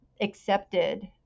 accepted